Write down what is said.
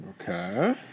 Okay